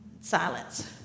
Silence